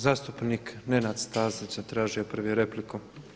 Zastupnik Nenad Stazić zatražio je prvi repliku.